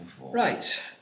Right